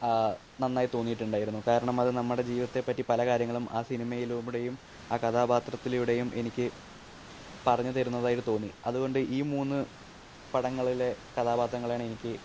നന്നായി തോന്നിയിട്ടുണ്ടായിരുന്നു കാരണം അതു നമ്മുടെ ജീവിതത്തെ പറ്റി പ കാര്യങ്ങളും ആ സിനിമയിലൂടെയും ആ കഥാപത്രത്തിലൂടെയും എനിക്കു പറഞ്ഞു തരുന്നതായിട്ട് തോന്നി അതുകൊണ്ട് ഈ മൂന്ന് പടങ്ങളിലെ കഥാപാത്രങ്ങളെയാണ് എനിക്ക്